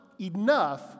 enough